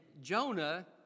Jonah